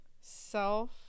self